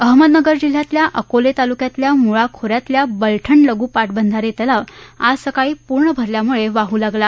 अहमदनगर जिल्हयातल्या अकोले तालुक्यातील मुळा खो यातला बलठण लघु पाटबंधारे तलाव आज सकाळी पूर्ण भरल्यामुळे वाहू लागला